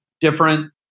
different